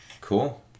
Cool